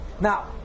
Now